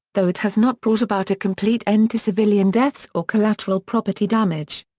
though it has not brought about a complete end to civilian deaths or collateral property damage.